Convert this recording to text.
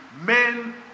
men